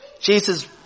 Jesus